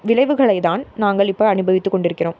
விளைவுகளை தான் நாங்கள் இப்போ அனுபவித்து கொண்டு இருக்கிறோம்